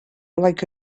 like